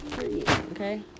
okay